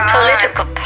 political